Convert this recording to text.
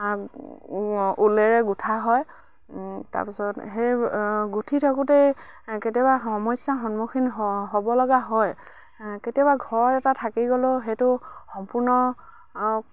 ঊলেৰে গোঁঠা হয় তাৰ পিছত সেই গোঁঠি থাকোঁতেই কেতিয়াবা সমস্যাৰ সন্মুখীন হ'ব লগা হয় কেতিয়াবা ঘৰ এটা থাকি গ'লেও সেইটো সম্পূৰ্ণ